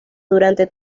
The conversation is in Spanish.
durante